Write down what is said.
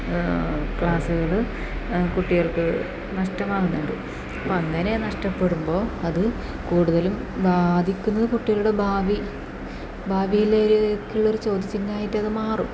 ക്ലാസുകൾ കുട്ടികൾക്ക് നഷ്ടമാകുന്നുണ്ട് അപ്പം അങ്ങനെ നഷ്ടപ്പെടുമ്പോൾ അത് കൂടുതലും ബാധിക്കുന്നത് കുട്ടികളുടെ ഭാവി ഭാവിയിലേക്കുള്ള ഒരു ചോദ്യചിഹ്നമായിട്ട് അത് മാറും